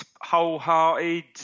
wholehearted